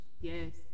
Yes